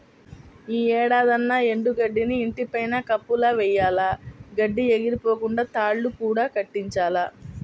యీ ఏడాదన్నా ఎండు గడ్డిని ఇంటి పైన కప్పులా వెయ్యాల, గడ్డి ఎగిరిపోకుండా తాళ్ళు కూడా కట్టించాలి